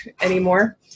anymore